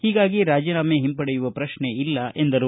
ಹೀಗಾಗಿ ರಾಜೀನಾಮೆ ಹಿಂಪಡೆಯುವ ಪ್ರಶ್ನೆ ಇಲ್ಲ ಎಂದರು